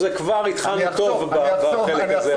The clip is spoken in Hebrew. כבר התחלנו טוב בחלק הזה.